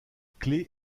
clef